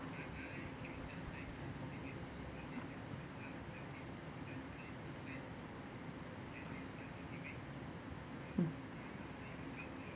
mm